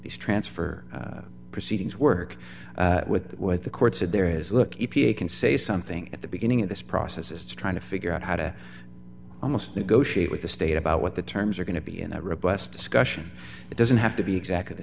these transfer proceedings work with what the court said there is look e p a can say something at the beginning of this process is trying to figure out how to almost negotiate with the state about what the terms are going to be in a robust discussion it doesn't have to be exactly the